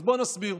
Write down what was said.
אז בואו נסביר.